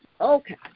Okay